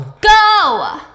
Go